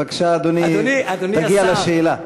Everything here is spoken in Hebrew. בבקשה, אדוני, תגיע לשאלה.